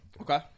Okay